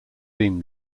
theme